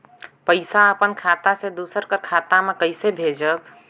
पइसा अपन खाता से दूसर कर खाता म कइसे भेजब?